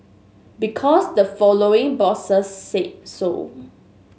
because the following bosses say so